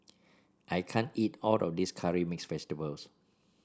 I can't eat all of this Curry Mixed Vegetable